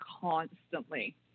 constantly